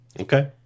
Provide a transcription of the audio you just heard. Okay